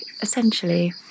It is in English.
Essentially